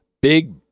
big